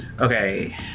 Okay